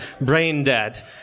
brain-dead